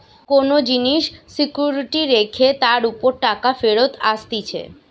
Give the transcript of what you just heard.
কোন জিনিস সিকিউরিটি রেখে তার উপর টাকা ফেরত আসতিছে